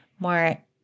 More